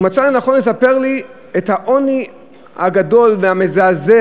הוא מצא לנכון לספר לי על העוני הגדול והמזעזע